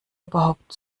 überhaupt